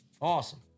Awesome